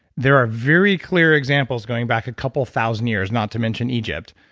there are very clear examples going back a couple thousand years, not to mention egypt,